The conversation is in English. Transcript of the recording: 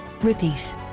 repeat